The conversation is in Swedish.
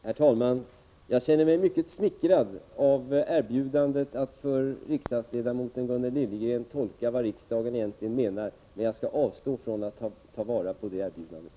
Herr talman! Jag känner mig mycket smickrad av erbjudandet att för riksdagsledamoten Gunnel Liljegren få tolka vad riksdagen egentligen menar, men jag avstår från att ta vara på det erbjudandet.